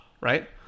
right